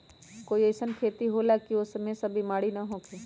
कोई अईसन खेती होला की वो में ई सब बीमारी न होखे?